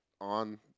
on